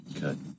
Good